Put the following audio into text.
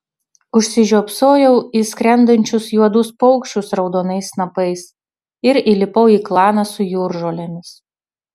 užsižiopsojau į skrendančius juodus paukščius raudonais snapais ir įlipau į klaną su jūržolėmis